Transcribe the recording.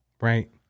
Right